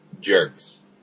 jerks